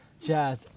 Jazz